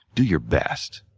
do your best,